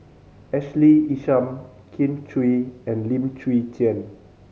Ashley Isham Kin Chui and Lim Chwee Chian